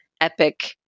Epic